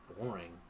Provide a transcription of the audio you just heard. boring